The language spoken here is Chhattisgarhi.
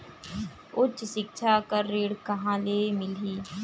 उच्च सिक्छा बर ऋण कहां ले मिलही?